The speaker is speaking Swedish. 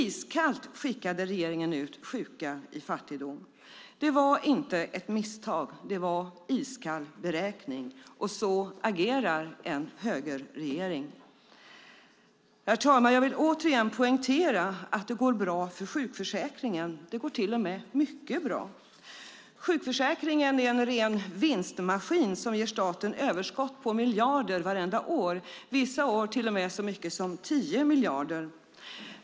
Iskallt skickade regeringen ut sjuka i fattigdom. Det var inte ett misstag. Det var iskall beräkning. Så agerar en högerregering. Herr talman! Jag vill återigen poängtera att det går bra för sjukförsäkringen, till och med mycket bra. Sjukförsäkringen är en ren vinstmaskin, som ger staten överskott på miljarder vartenda år, vissa år till och med så mycket som 10 miljarder.